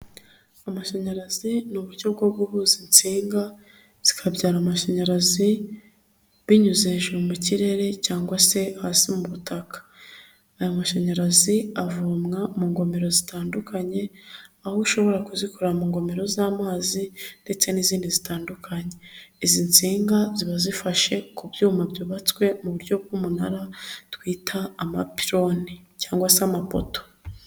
Amashanyarazi ni uburyo bwo guhuza insinga zikabyara amashanyarazi binyuze hejuru mu kirere cyangwa se hasi mu butaka, aya mashanyarazi avomwa mu ngomero zitandukanye aho ushobora kuzikura mu ngomero z'amazi ndetse n'izindi zitandukanye, izi nsinga ziba zifashe ku byuma byubatswe mu buryo bw'umunara twita amapirone cyangwa se amapoto.